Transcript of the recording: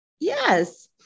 Yes